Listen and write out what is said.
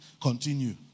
Continue